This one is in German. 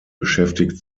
beschäftigt